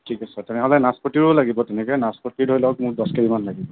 ঠিক আছে তেনেহ'লে নাচপতিও লাগিব তেনেকৈ নাচপতি ধৰি লওক মোক দহ কেজিমান লাগে